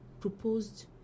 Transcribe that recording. proposed